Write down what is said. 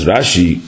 Rashi